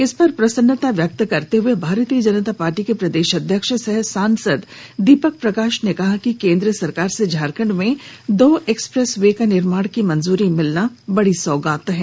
इस पर प्रसन्नता व्यक्त करते हुए भारतीय जनता पार्टी के प्रदेश अध्यक्ष सह सांसद दीपक प्रकाश ने कहा कि केंद्र सरकार से झारखंड में दो एक्सप्रेस वे का निर्माण की मंजूरी मिलना बड़ी सौगात है